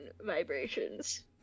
vibrations